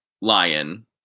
lion